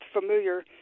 familiar